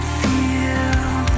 feel